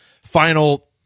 final